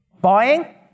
Buying